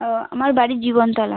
ও আমার বাড়ি জীবনতলা